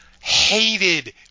hated